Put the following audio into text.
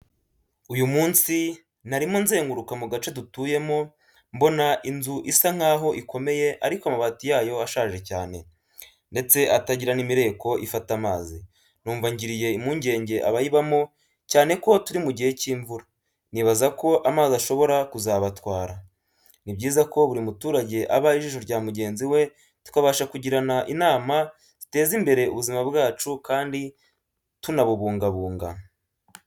Uyu munsi, narimo nzenguruka mu gace dutuyemo, mbona inzu isa nk’aho ikomeye ariko amabati yayo ashaje cyane, ndetse atagira n’imireko ifata amazi. Numva ngiriye impungenge abayibamo, cyane ko turi mu gihe cy’imvura, nibaza ko amazi ashobora kuzabatwara. Ni byiza ko buri muturage aba ijisho rya mugenzi we, tukabasha kugirana inama ziteza imbere ubuzima bwacu kandi tunabubungabunga.